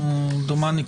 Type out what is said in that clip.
דומני,